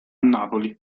napoli